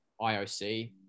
IOC